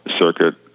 circuit